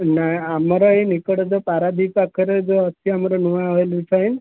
ନାଇ ଆମର ଏଇ ନିକଟ ଯୋଉ ପାରାଦ୍ୱୀପ ପାଖରେ ଯୋଉ ଅଛି ଆମର ନୂଆ ଅଏଲ୍